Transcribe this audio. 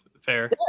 fair